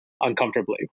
uncomfortably